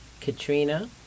Katrina